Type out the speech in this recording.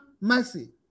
mercy